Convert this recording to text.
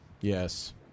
Yes